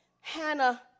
Hannah